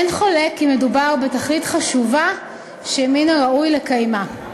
אין חולק כי מדובר בתכלית חשובה שמן הראוי לקיימה.